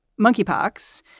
monkeypox